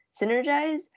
synergize